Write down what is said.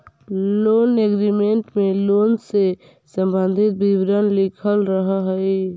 loan agreement में loan से संबंधित विवरण लिखल रहऽ हई